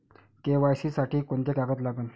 KYC साठी कोंते कागद लागन?